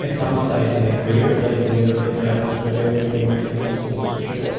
at some stage in their career, at least in the early stages when they're working regularly in hospitals, for sure.